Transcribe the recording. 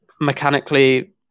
mechanically